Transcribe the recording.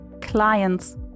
clients